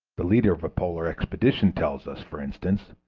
the leader of a polar expedition tells us, for instance,